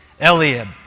Eliab